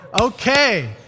Okay